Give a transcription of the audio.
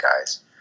guys